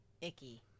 Icky